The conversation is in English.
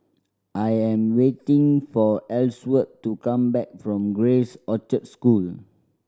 I am waiting for Elsworth to come back from Grace Orchard School